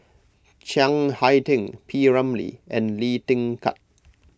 Chiang Hai Ding P Ramlee and Lee Kin Tat